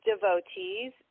devotees